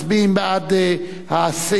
12 מצביעים בעד הסעיף,